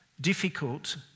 difficult